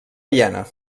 viena